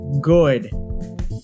good